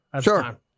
Sure